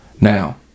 now